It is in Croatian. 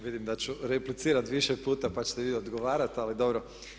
Vidim da ću replicirat više puta, pa ćete vi odgovorit ali dobro.